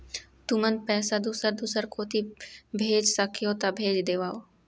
तुमन पैसा दूसर दूसर कोती भेज सखीहो ता भेज देवव?